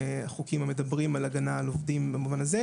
במילים פשוטות,